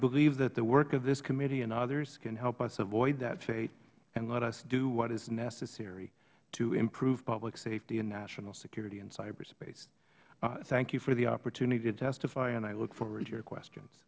believe that the work of this committee and others can help us avoid that fate and let us do what is necessary to improve public safety and national security in cyber space thank you for the opportunity to testify and i look forward to your questions